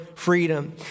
freedom